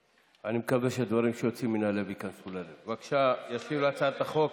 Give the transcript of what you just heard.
אתיופיה הייתה המדינה הראשונה שקיבלה את דת הנצרות.